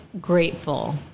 grateful